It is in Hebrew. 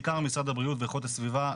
בעיקר משרד הבריאות ואיכות הסביבה,